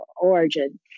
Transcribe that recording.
origin